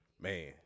Man